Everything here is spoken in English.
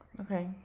Okay